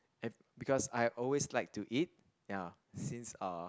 and because I always like to eat ya since uh